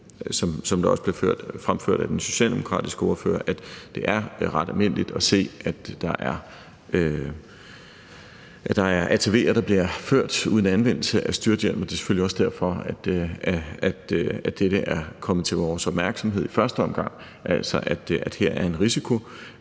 som det også blev fremført af den socialdemokratiske ordfører, at det er ret almindeligt at se, at der er ATV'er, der bliver ført uden anvendelse af styrthjelm, og det er selvfølgelig også derfor, at det er kommet til vores opmærksomhed i første omgang, at der her er en risiko.